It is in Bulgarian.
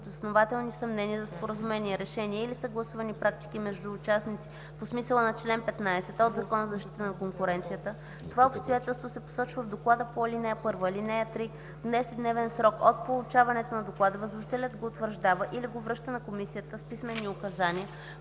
възложителят го утвърждава или го връща на комисията с писмени указания,